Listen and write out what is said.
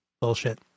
Bullshit